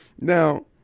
Now